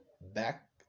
back